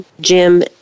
Jim